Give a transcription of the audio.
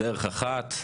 דרך אחת,